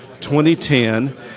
2010